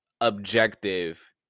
objective